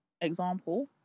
Example